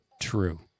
true